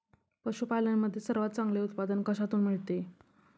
पशूपालन मध्ये सर्वात चांगले उत्पादन कशातून मिळते?